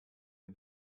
mir